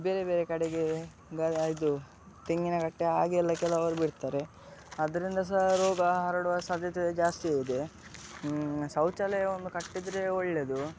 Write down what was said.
ಬೇರೆ ಬೇರೆ ಕಡೆಗೆ ಬೇರೆಬೇರೆ ಇದು ತೆಂಗಿನ ಕಟ್ಟೆ ಹಾಗೆಲ್ಲ ಕೆಲವರು ಬಿಡ್ತಾರೆ ಅದರಿಂದ ಸಹಾ ರೋಗ ಹರಡುವ ಸಾಧ್ಯತೆ ಜಾಸ್ತಿಯಿದೆ ಶೌಚಾಲಯ ಒಂದು ಕಟ್ಟಿದ್ದರೆ ಒಳ್ಳೆಯದು